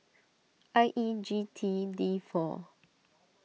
I E G T D four